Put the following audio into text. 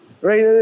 right